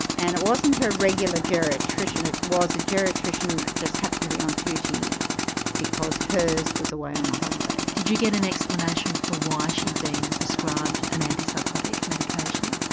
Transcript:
and it wasn't her regular geriatrician, it was a geriatrician that just happened to be on duty because hers was away on a holiday. did you get an explanation for why she had been prescribed an antipsychotic medication?